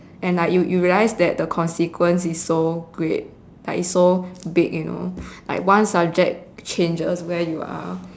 and like you you realised that the consequence is so great like it's so big you know like one subject changes where you are